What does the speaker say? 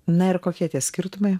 na ir kokie tie skirtumai